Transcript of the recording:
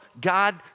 God